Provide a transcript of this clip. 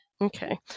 Okay